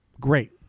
Great